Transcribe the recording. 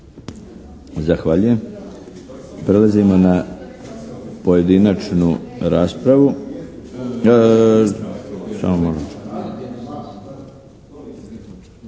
Zahvaljujem. Prelazimo na pojedinačnu raspravu.